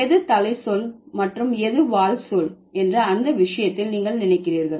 எது தலை சொல் மற்றும் எது வால் சொல் என்று அந்த விஷயத்தில் நீங்கள் நினைக்கிறீர்கள்